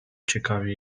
ciekawie